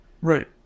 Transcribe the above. Right